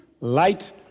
light